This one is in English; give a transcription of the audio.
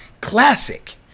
classic